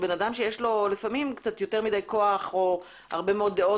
שאדם שיש לו יותר מדי כוח או הרבה דעות